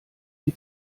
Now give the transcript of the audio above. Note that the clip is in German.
die